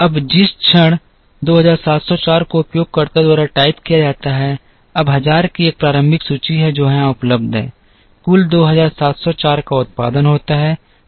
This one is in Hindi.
अब जिस क्षण 2704 को उपयोगकर्ता द्वारा टाइप किया जाता है अब हजार की एक प्रारंभिक सूची है जो यहां उपलब्ध है कुल 2704 का उत्पादन होता है